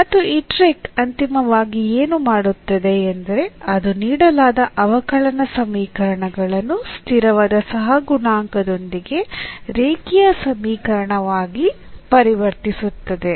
ಮತ್ತು ಈ ಟ್ರಿಕ್ ಅಂತಿಮವಾಗಿ ಏನು ಮಾಡುತ್ತದೆ ಎಂದರೆ ಅದು ನೀಡಲಾದ ಅವಕಲನ ಸವಿಕರಣಗಳನ್ನು ಸ್ಥಿರವಾದ ಸಹಗುಣಾಂಕದೊಂದಿಗೆ ರೇಖೀಯ ಸಮೀಕರಣವಾಗಿ ಪರಿವರ್ತಿಸುತ್ತದೆ